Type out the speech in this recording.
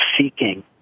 seeking